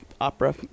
opera